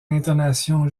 intonation